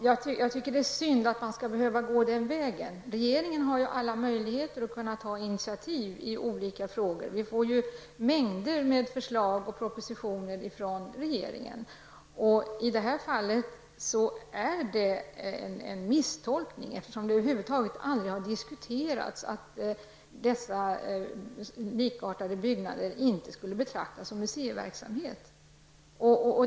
Herr talman! Det är synd att man skall behöva gå den vägen. Regeringen har alla möjligheter att ta initiativ i olika frågor. Vi får mängder med förslag och propositioner från regeringen. I det här fallet är det fråga om en misstolkning eftersom det över huvud taget aldrig har diskuterats att dessa byggnader inte skulle betraktas som museiverksamhet.